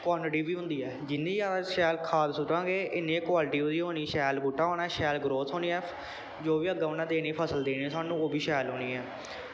quantity बी होंदी ऐ जिन्नी ज्यादा शैल खाद सुट्टां गे इन्नी गै क्वालटी ओह्दी होनी शैल बूह्टा होना शैल ग्रोथ होनी ऐ जो बी अग्गै उ'न्नै देनी फसल देनी सानू ओह् बी शैल होनी ऐ